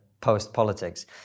post-politics